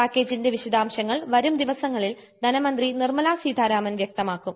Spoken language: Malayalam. പാക്കേജിന്റെ വിശദാംശങ്ങൾ വരും ദിവസങ്ങളിൽ ധനമന്ത്രി നിർമ്മല സീതാരാമൻ വൃക്തമാക്കും